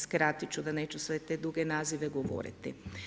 Skratit ću da neću sve te duge nazive govoriti.